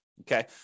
Okay